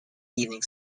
evening